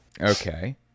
Okay